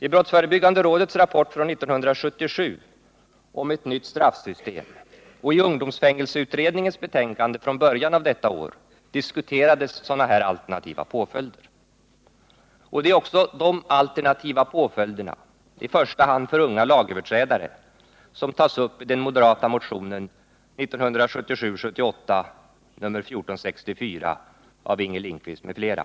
I brottsförebyggande rådets rapport från 1977 om ett nytt straffsystem och i ungdomsfängelseutredningens betänkande från början av samma år diskuterades sådana alternativa påföljder. Det är också de alternativa påföljderna, i första hand för unga lagöverträdare, som tas upp i den moderata motionen 1977/78:1464 av Inger Lindquist m.fl.